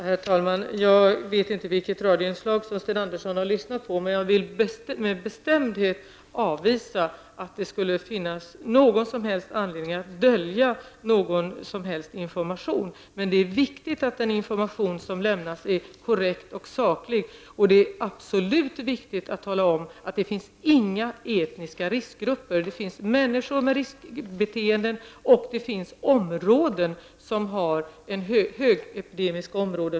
Herr talman! Jag känner inte till det radioinslag som Sten Andersson har lyssnat till, men jag vill med bestämdhet avvisa påståendet att det skulle finnas någon som helst anledning att dölja någon information. Det är viktigt att den information som lämnas är korrekt och saklig, och det är ytterst angeläget att understryka att det inte finns några etniska riskgrupper. Det finns människor med riskbeteenden och det finns områden som är högepidemiska områden.